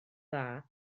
dda